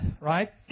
right